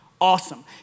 awesome